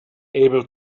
able